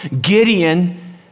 Gideon